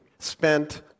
spent